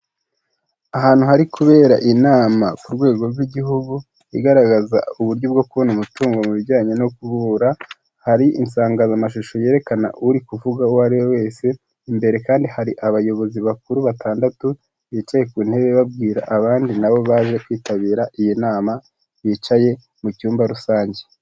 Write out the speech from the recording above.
Ahantu hari kubera inama ku rwego rw'igihugu igaragaza uburyo bwo kubona umutungo mu bijyanye no ku guvura, hari insakazamashusho yerekana uri kuvuga uwo ari we wese, imbere kandi hari abayobozi bakuru batandatu, bicaye ku ntebe babwira abandi na bo baje kwitabira iyo nama, bicaye mu cyumba rusange.